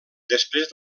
després